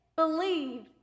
Believe